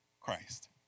Christ